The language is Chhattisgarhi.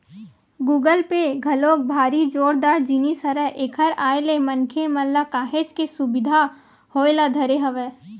गुगल पे घलोक भारी जोरदार जिनिस हरय एखर आय ले मनखे मन ल काहेच के सुबिधा होय ल धरे हवय